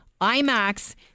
imax